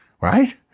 right